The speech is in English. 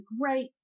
great